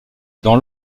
dans